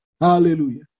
Hallelujah